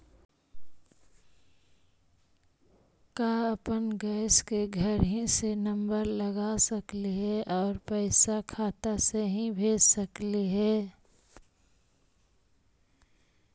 का अपन गैस के घरही से नम्बर लगा सकली हे और पैसा खाता से ही भेज सकली हे?